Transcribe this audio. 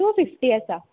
two fifty आसा